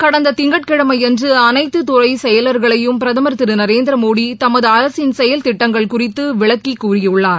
கடந்த திங்கட்கிழமையன்று அனைத்து துறை செயலர்களையும் பிரதமர் திரு நரேந்திரமோடி தமது அரசின் செயல்திட்டங்கள் குறித்து விளக்கி கூறியுள்ளார்